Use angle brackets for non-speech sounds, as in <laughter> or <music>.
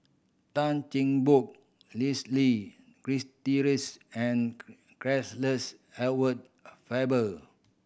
Tan Cheng Bock Leslie <unintelligible> and <unintelligible> Edward Faber